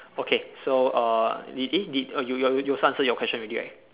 okay so err you eh did oh you you you also answer your question already right